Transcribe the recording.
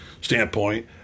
standpoint